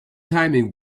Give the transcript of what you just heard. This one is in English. timing